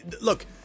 Look